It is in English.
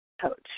coach